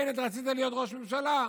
בנט, רצית להיות ראש ממשלה?